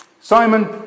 Simon